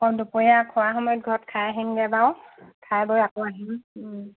অঁ দুপৰীয়া খোৱাৰ সময়ত ঘৰত খাই আহিমগে বাৰু খাই বৈ আকৌ আহিম